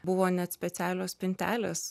buvo net specialios spintelės